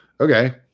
okay